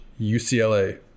UCLA